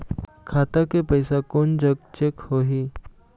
खाता के पैसा कोन जग चेक होही?